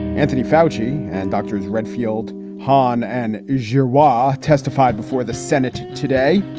anthony foushee and doctors redfield hohn and is your war ah testified before the senate today.